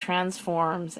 transforms